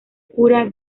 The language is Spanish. cura